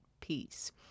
peace